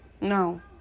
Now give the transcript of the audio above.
no